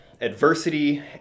adversity